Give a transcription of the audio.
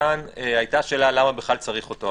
כאן הייתה שאלה למה בכלל צריך אותו,